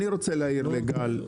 אני רוצה להעיר לגל.